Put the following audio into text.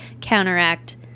counteract